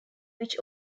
which